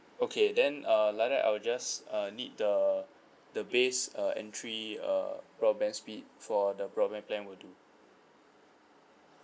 okay then uh like that I'll just uh need the the base uh entry uh broadband speed for the broadband plan will do